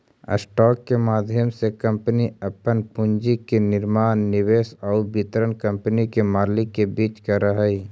stock के माध्यम से कंपनी अपन पूंजी के निर्माण निवेश आउ वितरण कंपनी के मालिक के बीच करऽ हइ